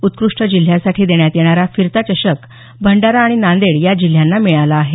उत्कृष्ट जिल्ह्यासाठी देण्यात येणारा फिरता चषक भंडारा आणि नांदेड या जिल्ह्यांना मिळाला आहे